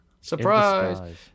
Surprise